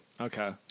Okay